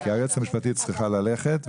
כי היועצת המשפטית צריכה ללכת.